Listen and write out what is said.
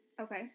Okay